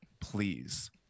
please